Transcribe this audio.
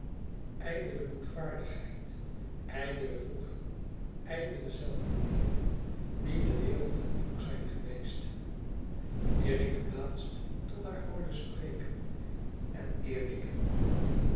ijdele boetvaardigheid ijdele wroeging ijdele zelfvernedering die de wereld ten vloek zijn geweest eer ik u laatst tot haar hoorde spreken en eer ik in u